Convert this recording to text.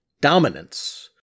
dominance